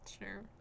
Sure